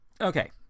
Okay